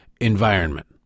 environment